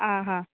आं हां